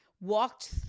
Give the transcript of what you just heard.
walked